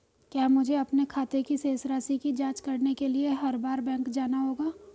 क्या मुझे अपने खाते की शेष राशि की जांच करने के लिए हर बार बैंक जाना होगा?